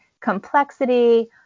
complexity